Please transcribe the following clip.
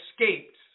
escaped